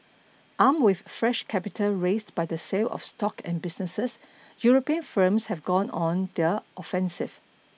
armed with fresh capital raised by the sale of stock and businesses European firms have gone on their offensive